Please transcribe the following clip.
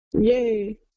Yay